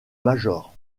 major